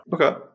Okay